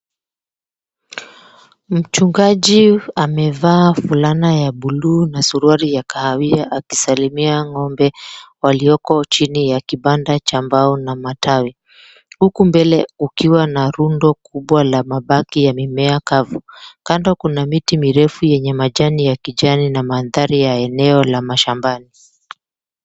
Mchungaji amevaa fulana ya buluu na suruali ya kahawia akisalimia ng'ombe walioko chini ya kibanda cha mbao na matawi. Huku mbele ukiwa na rundo kubwa la mabaki ya mimea kavu. Kando kuna miti mirefu yenye majani ya kijani na mandhari ya eneo la mashambani.